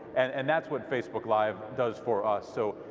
and and that's what facebook live does for us. so,